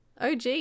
OG